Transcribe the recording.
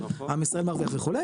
עם ישראל מרוויח וכו',